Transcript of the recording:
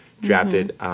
drafted